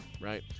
right